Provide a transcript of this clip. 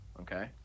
Okay